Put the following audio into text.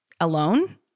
Alone